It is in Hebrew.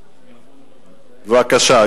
בבקשה.